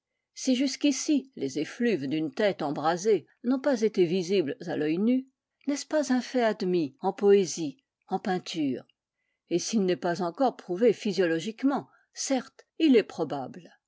si jusqu'ici les effluves d'une tête embrasée n'ont pas été visibles à l'œil nu n'est-ce pas un fait admis en poésie en peinture et s'il n'est pas encore prouvé physiologiquement certes il est probable